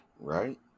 Right